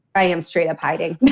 i am straight up hiding. yeah